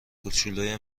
کوچلوی